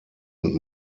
und